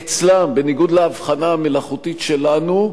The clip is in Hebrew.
אצלם, בניגוד להבחנה המלאכותית שלנו,